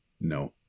no